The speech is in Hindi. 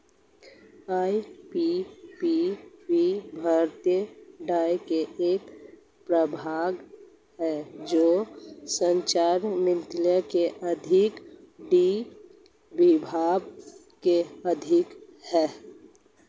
आई.पी.पी.बी भारतीय डाक का एक प्रभाग है जो संचार मंत्रालय के अधीन डाक विभाग के अधीन है